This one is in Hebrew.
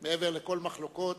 מעבר לכל מחלוקות,